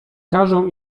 każą